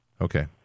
okay